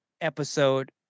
episode